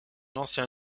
ancien